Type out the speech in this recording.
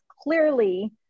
clearly